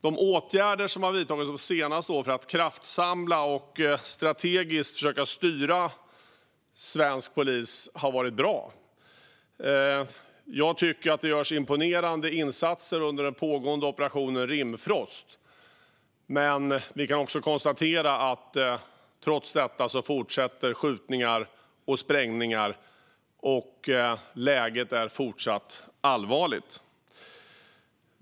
De åtgärder som de senaste åren har vidtagits för att kraftsamla och strategiskt försöka styra svensk polis har varit bra. Jag tycker att det görs imponerande insatser under pågående Operation Rimfrost, men vi kan också konstatera att skjutningar och sprängningar fortsätter trots detta och att läget är fortsatt allvarligt.